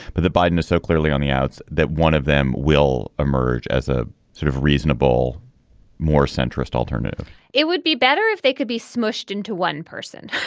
but the biden is so clearly on the outs that one of them will emerge as a sort of reasonable more centrist alternative it would be better if they could be smushed into one person.